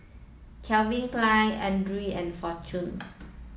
Calvin Klein Andre and Fortune